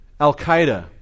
Al-Qaeda